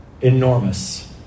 enormous